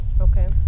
okay